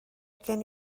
gen